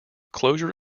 closure